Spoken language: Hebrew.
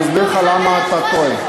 אני אסביר לך למה אתה טועה.